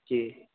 جی